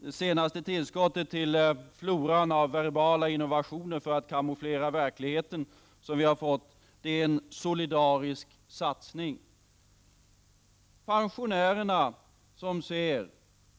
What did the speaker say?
Det senaste tillskott som vi har fått till floran av verbala innovationer för att kamouflera verkligheten är en ”solidarisk satsning”. Pensionärerna som ser